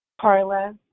Carla